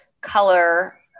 color